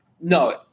no